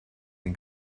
den